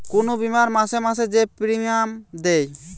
কুনু বীমার মাসে মাসে যে প্রিমিয়াম দেয়